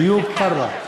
איוב קרא,